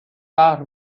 قهر